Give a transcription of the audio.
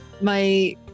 My-